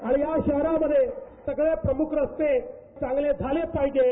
आणि या शहरामध्ये सगळे प्रमुख रस्ते चांगले झाले पाहिजे